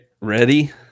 Ready